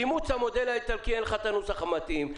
אימוץ המודל האיטלקי, אין לך את הנוסח המתאים.